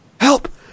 help